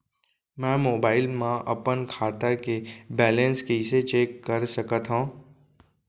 मैं मोबाइल मा अपन खाता के बैलेन्स कइसे चेक कर सकत हव?